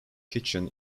kitchen